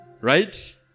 Right